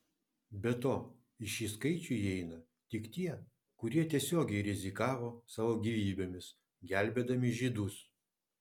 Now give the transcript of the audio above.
be to į šį skaičių įeina tik tie kurie tiesiogiai rizikavo savo gyvybėmis gelbėdami žydus